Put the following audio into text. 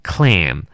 Clam